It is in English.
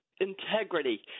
integrity